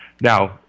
Now